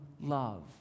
love